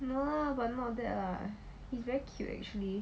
no lah but not bad lah he's very cute actually